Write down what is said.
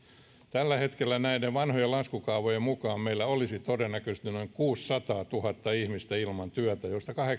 tällä hetkellä näiden vanhojen laskukaavojen mukaan meillä on todennäköisesti noin kuusisataatuhatta ihmistä ilman työtä joista kahdeksaankymmeneentuhanteen voidaan katsoa